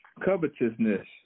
Covetousness